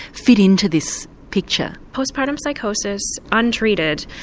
fit into this picture? post partum psychosis, untreated,